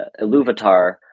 Iluvatar